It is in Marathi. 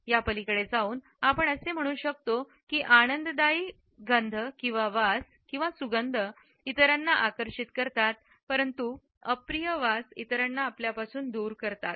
या पलीकडे जाऊन आपण असे म्हणू शकतो आनंददायी वास किंवा सुगंध इतरांना आकर्षित करतात परंतु अप्रिय वास इतरांना दूर करतात